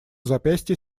запястье